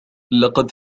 لقد